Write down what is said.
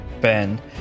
Ben